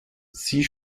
sie